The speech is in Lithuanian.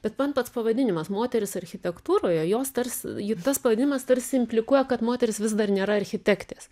bet man pats pavadinimas moterys architektūroje jos tars j tas pavadinimas tarsi implikuoja kad moterys vis dar nėra architektės